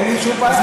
אין לי שום בעיה.